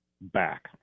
Back